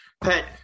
Pet